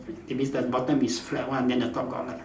it means the bottom is flat one then the top got like